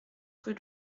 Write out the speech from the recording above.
rue